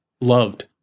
loved